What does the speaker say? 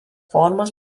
formos